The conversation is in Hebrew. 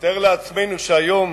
נתאר לעצמנו שהיום,